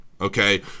okay